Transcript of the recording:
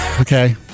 Okay